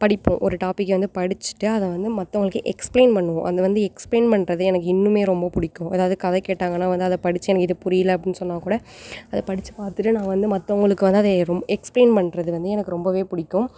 படிப்போம் ஒரு டாபிக்கை வந்து படிச்சிவிட்டு அதை வந்து மற்றவங்களுக்கு எஸ்பிளைன் பண்ணுவோம் அது வந்து எஸ்பிளைன் பண்ணுறது எனக்கு இன்னுமே ரொம்ப பிடிக்கும் எதாவது கதை கேட்டாங்கன்னா வந்து அதை படிச்சு எனக்கு இது புரியல அப்படின்னு சொன்னால் கூட அதை படிச்சு பார்த்துட்டு நான் வந்து மற்றவங்களுக்கு வந்து அதை எஸ்பிளைன் பண்ணுறது வந்து எனக்கு ரொம்பவே பிடிக்கும்